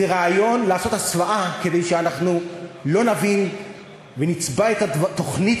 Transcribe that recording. זה רעיון לעשות הסוואה כדי שאנחנו לא נבין ונצבע את התוכנית